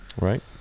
right